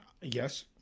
Yes